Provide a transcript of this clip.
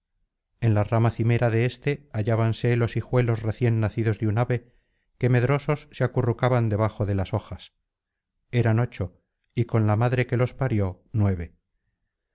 en la rama cimera de éste hallábanse los hijuelos recién nacidos de un ave que medrosos s acurrucaban debajo de las hojas eran ocho y con la madrs que los parió nueve